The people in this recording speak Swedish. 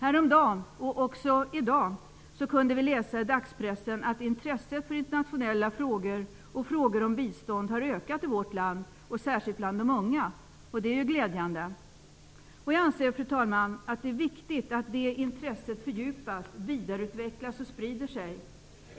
Häromdagen, liksom i dag, kunde vi läsa i dagspressen att intresset för internationella frågor och frågor om bistånd har ökat i vårt land, särskilt bland de unga. Det är ju glädjande. Jag anser, fru talman, att det är viktigt att det intresset fördjupas, vidareutvecklas och sprider sig.